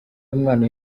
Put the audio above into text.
y’umwana